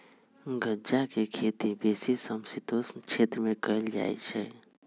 गञजा के खेती बेशी समशीतोष्ण क्षेत्र में कएल जाइ छइ